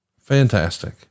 Fantastic